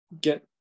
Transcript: get